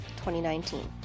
2019